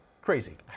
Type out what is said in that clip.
crazy